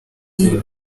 iyi